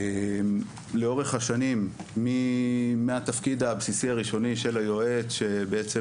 לאורך השנים מהתפקיד הבסיסי הראשוני של היועץ שבעצם,